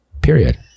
Period